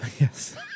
yes